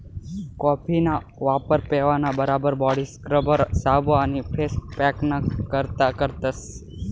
कॉफीना वापर पेवाना बराबर बॉडी स्क्रबर, साबू आणि फेस पॅकना करता करतस